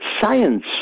science